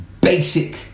basic